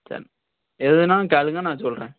சரி எதுனாலும் கேளுங்கள் நாள் சொல்கிறேன்